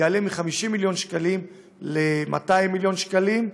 יעלה מ-50 מיליון שקלים ל-200 מיליון שקלים,